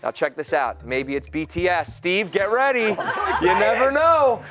ah check this out. maybe it's bts. steve, get ready. you never know.